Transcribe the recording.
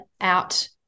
out